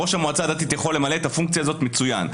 ראש המועצה הדתית יכול למלא את הפונקציה הזאת מצוין.